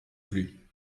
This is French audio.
plus